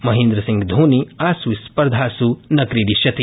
महेन्द्रसिंहधोनी आसु स्पर्धाषु न क्रीडिष्यति